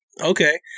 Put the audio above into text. Okay